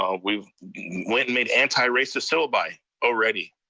ah we've went and made anti-racist syllabi already.